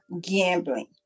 gambling